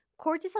cortisol